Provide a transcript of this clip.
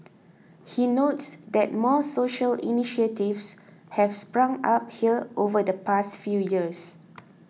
he notes that more social initiatives have sprung up here over the past few years